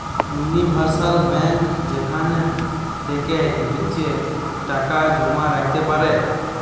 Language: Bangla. উনিভার্সাল বেঙ্ক যেখান থেকে ইচ্ছে টাকা জমা রাখতে পারো